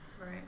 right